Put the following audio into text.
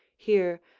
here,